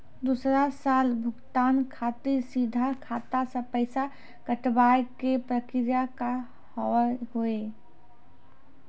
दोसर साल भुगतान खातिर सीधा खाता से पैसा कटवाए के प्रक्रिया का हाव हई?